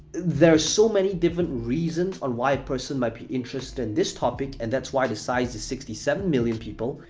there's so many different reasons or why a person might be interested in this topic, and that's why the size is sixty seven million people.